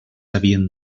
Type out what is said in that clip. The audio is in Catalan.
havien